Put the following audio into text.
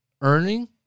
earning